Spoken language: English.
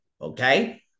Okay